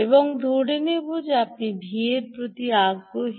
এবং আমি ধরে নেব যে আপনি V এর প্রতি আগ্রহী